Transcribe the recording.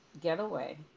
getaway